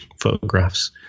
photographs